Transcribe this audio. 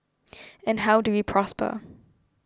and how do we prosper